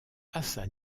hasan